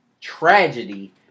tragedy